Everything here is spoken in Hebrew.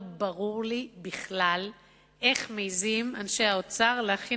לא ברור לי בכלל איך מעזים אנשי האוצר להחיל